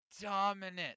dominant